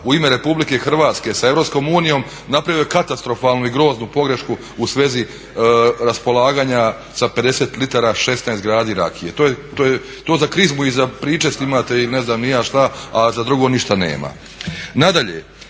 u ime Republike Hrvatske sa Europskom unijom napravio je katastrofalnu i groznu pogrešku u svezi raspolaganja sa 50 litara 16 gradi rakije. To za krizmu i za pričest imate i ne znam ni ja šta, a za drugo ništa nema.